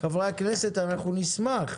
חברי הכנסת, אנחנו נשמח.